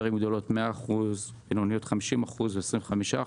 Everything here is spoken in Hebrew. ערים גדולות, 100%, ערים בינוניות, 50%, ו-25%.